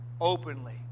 openly